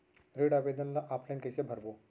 ऋण आवेदन ल ऑफलाइन कइसे भरबो?